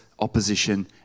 opposition